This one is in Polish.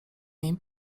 nim